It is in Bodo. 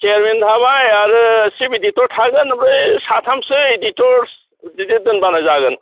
चेयारमेन थाबाय आरो चीफ एडिट'र थागोन ओमफ्राय साथामसो एडिटर बिदि दोनबानो जागोन